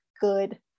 good